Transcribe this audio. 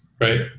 right